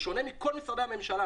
בשונה מכל משרדי הממשלה,